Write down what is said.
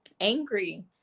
angry